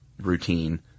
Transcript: routine